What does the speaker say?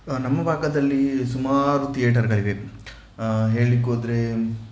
ನಮ್ಮ ಭಾಗದಲ್ಲಿ ಸುಮಾರು ಥಿಯೇಟರ್ಗಳಿವೆ ಹೇಳ್ಲಿಕ್ಹೋದ್ರೆ